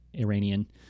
Iranian